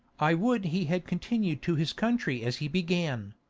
i would he had continu'd to his country as he began,